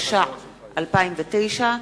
התש"ע 2009,